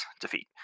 defeat